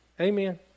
Amen